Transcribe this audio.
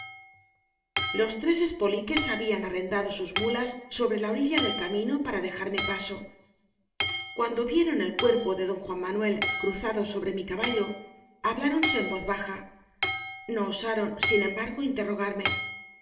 los tres espoliques habían arrendado sus muías sobre la orilla del camino para de jarme paso cuando vieron el cuerpo de don juan manuel cruzado sobre mi caballo hay bláronse en voz baja no osaron sin em bargo interrogarme